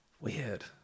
Weird